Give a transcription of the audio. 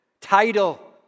title